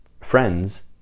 friends